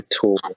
tool